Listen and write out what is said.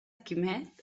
quimet